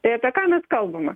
tai apie ką mes kalbame